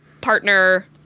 partner